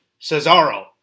Cesaro